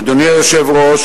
אדוני היושב-ראש,